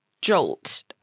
jolt